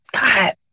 God